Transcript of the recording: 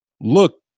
look